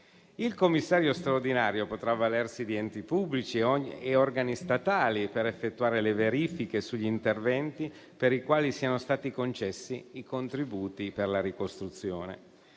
Il commissario straordinario potrà avvalersi di enti pubblici e organi statali per effettuare le verifiche sugli interventi per i quali siano stati concessi i contributi per la ricostruzione.